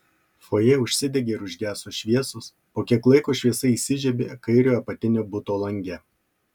fojė užsidegė ir užgeso šviesos po kiek laiko šviesa įsižiebė kairiojo apatinio buto lange